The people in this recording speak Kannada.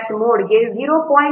38 ಆಗಿದ್ದು ಅದು 0